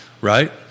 right